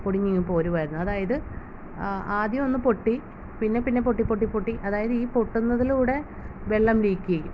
പൊടിഞ്ഞിങ്ങ് പോരുവായിരുന്നു അതായത് ആദ്യം ഒന്ന് പൊട്ടി പിന്നെ പിന്നെ പൊട്ടി പൊട്ടി പൊട്ടി അതായത് ഈ പൊട്ടുന്നതിലൂടെ വെള്ളം ലീക്ക് ചെയ്യും